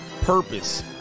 purpose